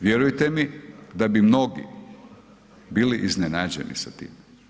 Vjerujte mi da bi mnogi bili iznenađeni s tim.